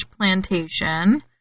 plantation